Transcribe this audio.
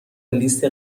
لیست